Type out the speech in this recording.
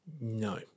No